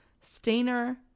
Stainer